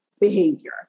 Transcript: behavior